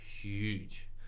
huge